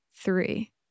three